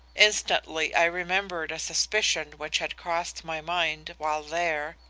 instantly i remembered a suspicion which had crossed my mind while there,